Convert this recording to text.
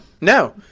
no